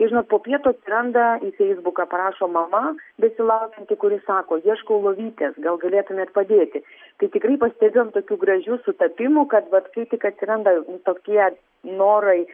ir žinot po pietų atsiranda į feisbuką parašo mama besilaukianti kuri sako ieškau lovytės gal galėtumėt padėti tai tikrai pastebėjom tokių gražių sutapimų kad vat kai tik atsiranda tokie norai